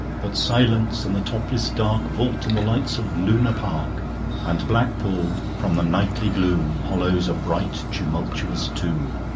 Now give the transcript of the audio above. but silence and the topless dark vault in the lights of luna park and blackpool from the nightly gloom hollows a bright tumultuous tomb.